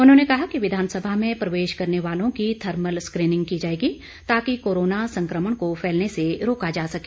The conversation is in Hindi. उन्होंने कहा कि विधानसभा में प्रवेश करने वालों की थर्मल स्क्रीनिंग की जाएगी ताकि कोरोना संक्रमण को फैलने से रोका जा सके